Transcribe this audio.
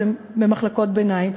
הם במחלקות ביניים,